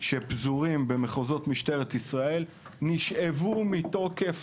שפזורים במחוזות משטרת ישראל נשאבו מתוקף